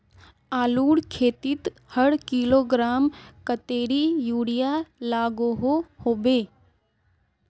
आलूर खेतीत हर किलोग्राम कतेरी यूरिया लागोहो होबे?